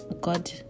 god